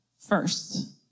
first